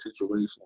situation